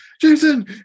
Jason